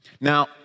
Now